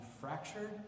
fractured